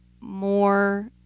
more